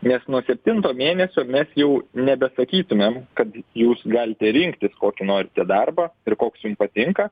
nes nuo septinto mėnesio mes jau nebesakytumėm kad jūs galite rinktis kokį norite darbą ir koks jum patinka